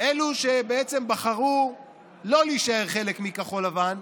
אלה שבחרו שלא להישאר חלק מכחול לבן,